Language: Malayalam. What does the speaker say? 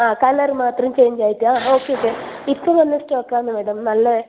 ആ കളർ മാത്രം ചേഞ്ച് ആയിട്ടാണോ ഓക്കെ ഓക്കെ ഇപ്പം വന്ന സ്റ്റോക്ക് ആണ് മേഡം നല്ല